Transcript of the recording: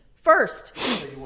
first